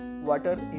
water